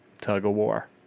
tug-of-war